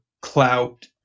clout